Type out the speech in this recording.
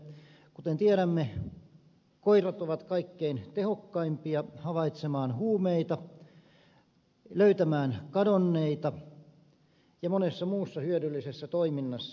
kuten tiedämme koirat ovat kaikkein tehokkaimpia havaitsemaan huumeita löytämään kadonneita ja monessa muussa hyödyllisessä toiminnassa